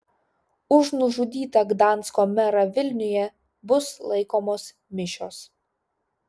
už nužudytą gdansko merą vilniuje bus laikomos mišios